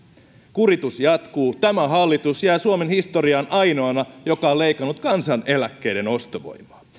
kuritus jatkuu tämä hallitus jää suomen historiaan ainoana joka on leikannut kansaneläkkeiden ostovoimaa